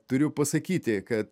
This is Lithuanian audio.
turiu pasakyti kad